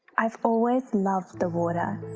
i've always loved the water.